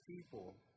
people